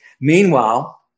Meanwhile